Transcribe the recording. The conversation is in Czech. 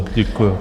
Děkuju.